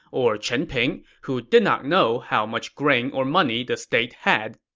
or chen ping, who did not know how much grain or money the state had.